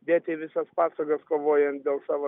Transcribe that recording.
dėti visas pastangas kovojant dėl savo